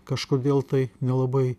kažkodėl tai nelabai